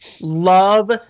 love